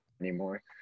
anymore